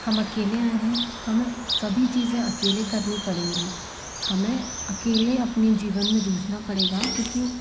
हम अकेले आए हैं हमें सभी चीज़ें अकेले करनी पड़ेंगी हमें अकेले अपनी जीवन में जूझना पड़ेगा क्योंकि